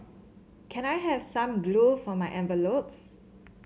can I have some glue for my envelopes